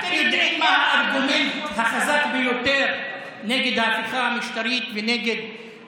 אתם יודעים מה הארגומנט נגד ההפיכה המשטרית ונגד